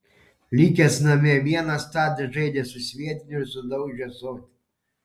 likęs namie vienas tadas žaidė su sviediniu ir sudaužė ąsotį